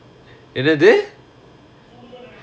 என்னது:ennathu